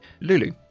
Lulu